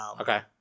okay